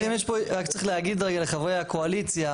רק צריך להגיד לחברי הקואליציה,